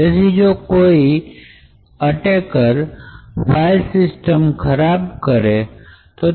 તેથી જો કોઈ અટેક ર ફાઇલ સિસ્ટમ ખરાબ કરે